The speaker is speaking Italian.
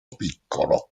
piccolo